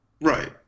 Right